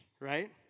Right